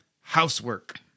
housework